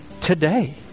today